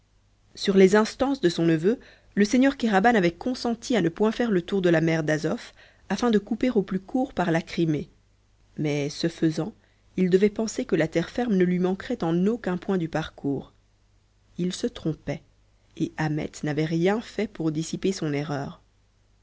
sur les instances de son neveu le seigneur kéraban avait consenti à ne point faire le tour de la mer d'azof afin de couper au plus court par la crimée mais ce faisant il devait penser que la terre ferme ne lui manquerait en aucun point du parcours il se trompait et ahmet n'avait rien fait pour dissiper son erreur